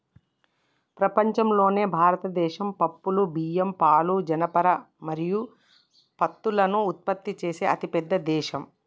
ప్రపంచంలోనే భారతదేశం పప్పులు, బియ్యం, పాలు, జనపనార మరియు పత్తులను ఉత్పత్తి చేసే అతిపెద్ద దేశం